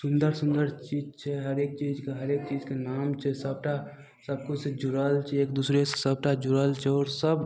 सुन्दर सुन्दर चीज छै हरेक चीजके हरेक चीज के नाम छै सभटा सभकिछु जुड़ल छियै एक दुसरेसँ सभटा जुड़ल छियै आओर सभ